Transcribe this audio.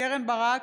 קרן ברק,